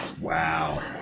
Wow